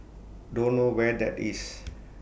don't know where that is